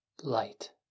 light